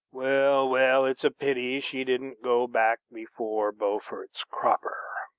well, well it's a pity she didn't go back before beaufort's cropper,